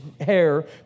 hair